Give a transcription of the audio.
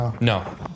No